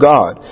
God